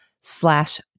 slash